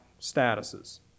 statuses